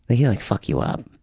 but he'll like fuck you up.